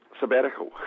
sabbatical